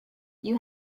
you